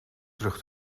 terug